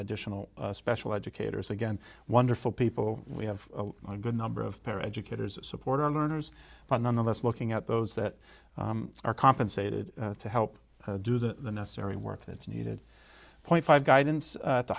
additional special educators again wonderful people we have a good number of pair educators support our learners but nonetheless looking at those that are compensated to help do the necessary work that's needed point five guidance at the